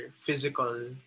physical